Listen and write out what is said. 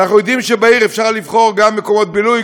אנחנו יודעים שבעיר אפשר לבחור גם מקומות בילוי,